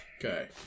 Okay